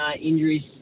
injuries